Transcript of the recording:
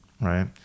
right